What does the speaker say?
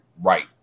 right